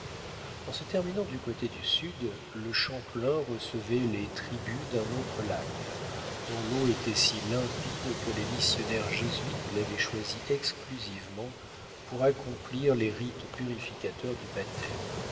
en se terminant du côté du sud le champlain recevait les tributs d'un autre lac dont l'eau était si limpide que les missionnaires jésuites l'avaient choisie exclusivement pour accomplir les rites purificateurs du baptême